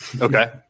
Okay